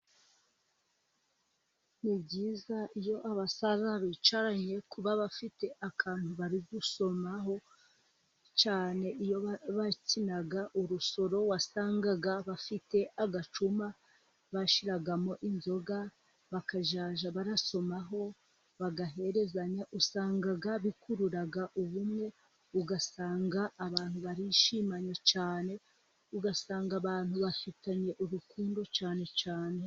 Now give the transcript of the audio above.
Ni byiza iyo abasaza bicaranye kuba bafite akantu bari gusomaho cyane iyo bakina urusoro wasangaga bafite agacuma bashyiragamo inzoga bakazajya basomaho bagaherezanya usanga bikurura ubumwe ugasanga abantu barishimanye cyane ugasanga abantu bafitanye urukundo cyane cyane.